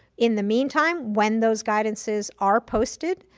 in the meantime, when those guidances are posted,